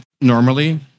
normally